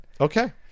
Okay